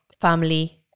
family